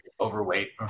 overweight